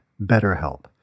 BetterHelp